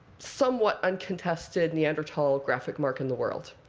somewhat uncontested neanderthal graphic mark in the world.